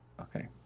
Okay